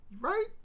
right